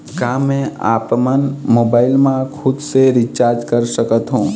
का मैं आपमन मोबाइल मा खुद से रिचार्ज कर सकथों?